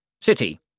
city